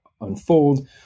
unfold